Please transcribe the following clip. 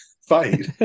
fight